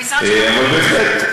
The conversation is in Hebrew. המשרד --- אבל בהחלט,